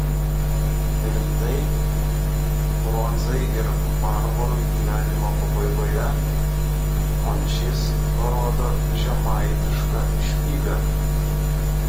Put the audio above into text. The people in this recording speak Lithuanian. rimtai bronzai ir marmurui gyvenimo pabaigoje mončys rodo žemaitišką špygą